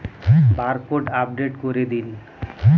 Barcode update করে দিন?